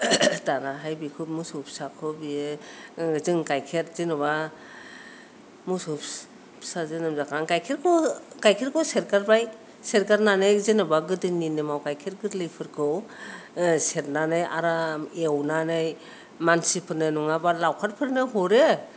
दानाहाय बेखौ मोसौ फिसाखौ बियो जों गायखेर जेनेबा मोसौ फिसा जोनोम जाखांना गायखेरखौ गायखेरखौ सेरगारबाय सेरगारनानै जेनेबा गोदोनि नेमाव गायखेर गोरलैफोरखौ सेरनानै आराम एवनानै मानसिफोरनो नङाबा लावखारफोरनो हरो